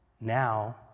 now